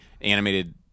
animated